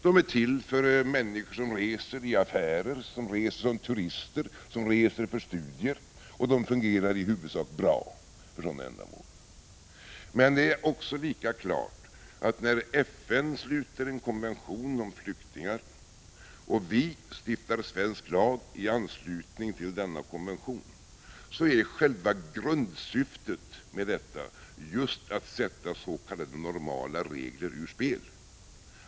De är till för människor som reser i affärer, som reser som turister, som reser för studier, och reglerna fungerar i huvudsak bra för sådana ändamål. När FN sluter en konvention om flyktingar och vi stiftar svensk lag i anslutning till denna konvention, är det lika klart att själva grundsyftet med detta är att sätta just s.k. normala regler ur spel.